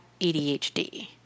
ADHD